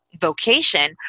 vocation